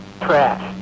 trash